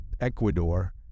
Ecuador